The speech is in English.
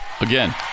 Again